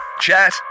Chat